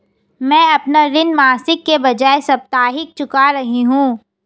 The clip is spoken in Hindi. मैं अपना ऋण मासिक के बजाय साप्ताहिक चुका रही हूँ